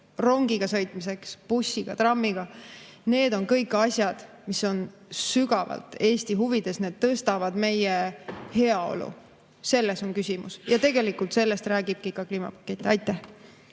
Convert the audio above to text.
trammiga sõitmiseks – need on kõik asjad, mis on sügavalt Eesti huvides. Need tõstavad meie heaolu. Selles on küsimus ja tegelikult sellest räägibki kliimapakett. Aitäh!